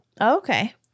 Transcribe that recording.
Okay